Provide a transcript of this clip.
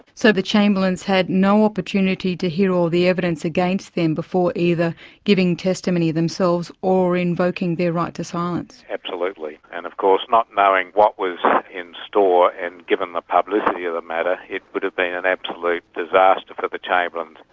so the chamberlains had no opportunity to hear all the evidence against them and before either giving testimony themselves or invoking their right to silence? absolutely. and of course, not knowing what was in store, and given the publicity of the matter, it would have been an absolute disaster for the chamberlains,